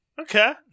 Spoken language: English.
Okay